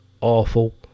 awful